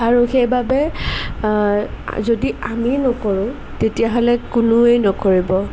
আৰু সেইবাবে যদি আমি নকৰোঁ তেতিয়াহ'লে কোনোৱে নকৰিব